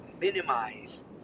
minimize